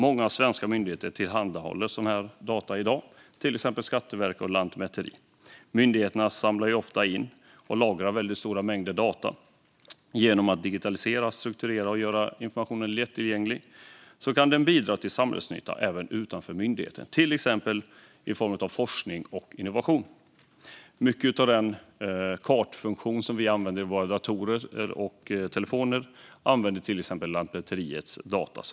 Många svenska myndigheter tillhandahåller öppna data, till exempel Skatteverket och Lantmäteriet. Myndigheter samlar in och lagrar stora mängder offentliga data. Genom att informationen digitaliseras, struktureras och görs lättillgänglig kan den bidra till samhällsnytta även utanför myndigheterna, till exempel i form av forskning och innovation. Exempelvis använder sig många av kartfunktionerna i våra datorer och telefoner av Lantmäteriets data.